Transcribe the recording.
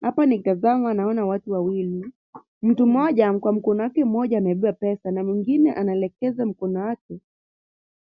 Hapa ni kama naona watu wawili, mtu mmoja kwa mkono mmoja amebeba pesa, na mtu mwingine anaelekeza mkono wake